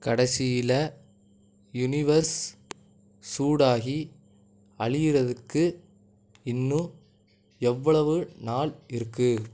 கடைசியில யுனிவெர்ஸ் சூடாகி அழியுறதுக்கு இன்னும் எவ்வளவு நாள் இருக்குது